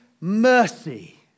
mercy